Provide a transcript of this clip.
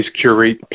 curate